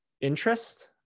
interest